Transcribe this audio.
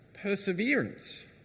perseverance